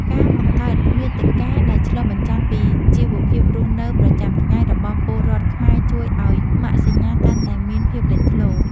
ការបង្កើតមាតិកាដែលឆ្លុះបញ្ចាំងពីជីវភាពរស់នៅប្រចាំថ្ងៃរបស់ពលរដ្ឋខ្មែរជួយឱ្យម៉ាកសញ្ញាកាន់តែមានភាពលេចធ្លោ។